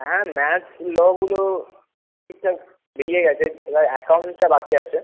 হ্যাঁ ম্যাথ লগুলো ঠিকঠাক বেরিয়ে গেছে এবার অ্যাকাউন্টসটা বাকি আছে